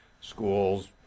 schools